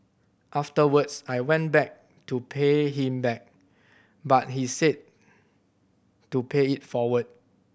afterwards I went back to pay him back but he said to pay it forward